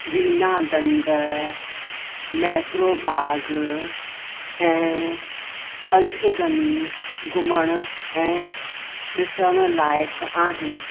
वीना दंड मैक्रो बाग़ु ऐं पंचगनी घुमणु ऐं ॾिसणु लाइक़ु आहिनि